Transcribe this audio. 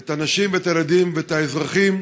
את הנשים ואת הילדים ואת האזרחים